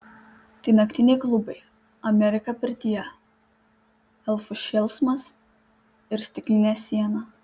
tai naktiniai klubai amerika pirtyje elfų šėlsmas ir stiklinė siena